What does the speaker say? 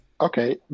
Okay